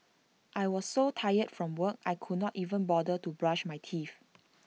I was so tired from work I could not even bother to brush my teeth